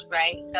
right